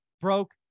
broke